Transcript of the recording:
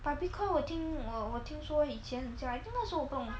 but bitcoin 我已经我我听说以前讲 I think 那时候我不懂